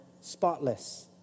spotless